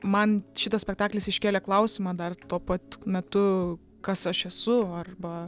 man šitas spektaklis iškėlė klausimą dar tuo pat metu kas aš esu arba